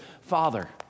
Father